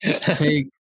take